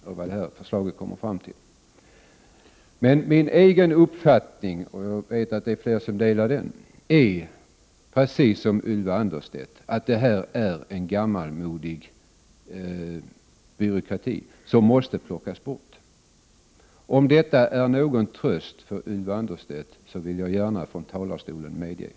Min egen uppfattning är emellertid — jag vet att det är fler som delar den — precis som Ylva Annerstedts att detta är en gammalmodig byråkrati som måste tas bort. Om det är någon tröst för Ylva Annerstedt, vill jag gärna medge detta från talarstolen.